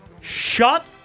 Shut